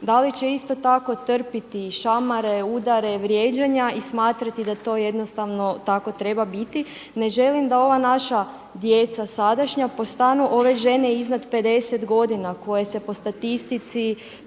Da li će isto tako trpiti šamare, udare, vrijeđanja i smatrati da to jednostavno tako treba biti. Ne želim da ova naša djeca sadašnja postanu ove žene iznad 50 godina koje se po statistici